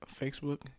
Facebook